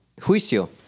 juicio